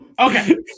okay